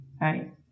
right